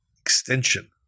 extension